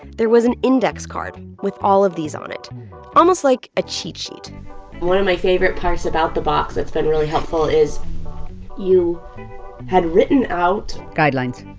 there was an index card with all of these on it almost like a cheat sheet one of my favorite parts about the box that's been really helpful is you had written out. guidelines.